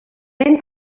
ben